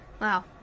Wow